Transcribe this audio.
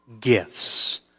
gifts